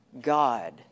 God